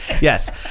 Yes